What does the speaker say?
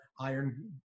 iron